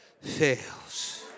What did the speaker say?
fails